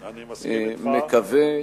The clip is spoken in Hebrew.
אני מסכים אתך.